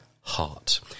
heart